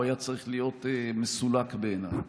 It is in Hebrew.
הוא היה צריך להיות מסולק בעיניי.